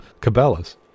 Cabela's